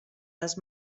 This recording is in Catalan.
les